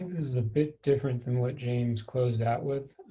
is a bit different than what james closed out with.